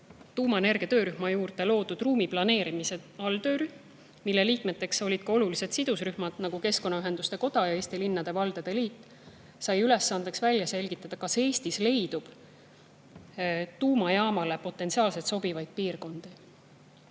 tuumaenergia töörühma juurde loodud ruumiplaneerimise alltöörühm, mille liikmed olid ka olulised sidusrühmad, nagu [Eesti] Keskkonnaühenduste Koda ning Eesti Linnade ja Valdade Liit, sai ülesandeks välja selgitada, kas Eestis leidub tuumajaamale potentsiaalselt sobivaid piirkondi.